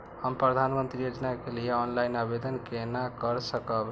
हम प्रधानमंत्री योजना के लिए ऑनलाइन आवेदन केना कर सकब?